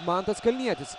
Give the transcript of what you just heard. mantas kalnietis